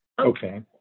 Okay